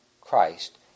Christ